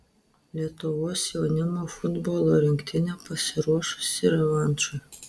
lietuvos jaunimo futbolo rinktinė pasiruošusi revanšui